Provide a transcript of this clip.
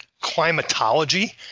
climatology